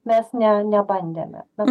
mes ne nebandėme mes